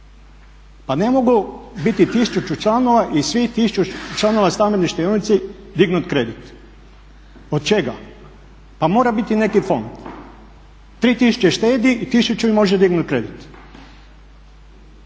Pa ne mogu biti 1000 članova i svih 1000 članova stambene štedionice dignuti kredit. Od čega? Pa mora biti neki fond. 3000 štedi i 1000 ih može dignuti kredit.